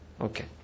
Okay